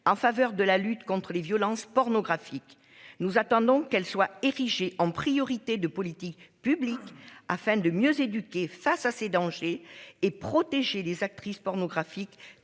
en faveur de la lutte contre les violences pornographique. Nous attendons qu'elle soit érigé en priorité de politique publique afin de mieux éduquer face à ces dangers et protéger les actrices pornographiques